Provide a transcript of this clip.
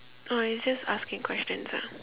oh it's just asking questions ah